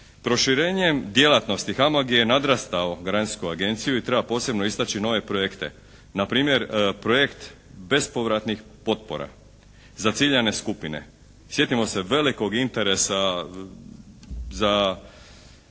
Proširenjem djelatnosti HAMAG je nadrastao garancijsku agenciju i treba posebno istaći nove projekte. Na primjer projekt bespovratnih potpora za ciljane skupine. Sjetimo se velikog interesa od